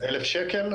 1,000 שקל,